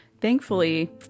thankfully